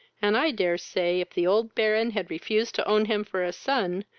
and i dare say if the old baron had refused to own him for a son,